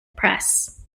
press